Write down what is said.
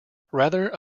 rather